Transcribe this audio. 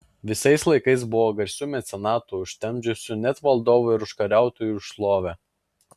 visais laikais buvo garsių mecenatų užtemdžiusių net valdovų ir užkariautojų šlovę